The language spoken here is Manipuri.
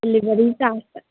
ꯗꯤꯂꯤꯕꯔꯤ ꯆꯥꯔꯖꯇ